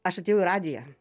aš atėjau į radiją